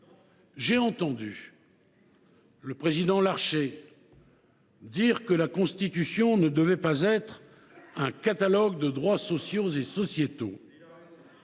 J’ai entendu le président Larcher dire que la Constitution ne devait pas être un catalogue de droits sociaux et sociétaux.